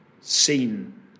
seen